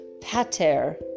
Pater